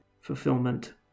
fulfillment